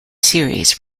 series